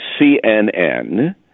CNN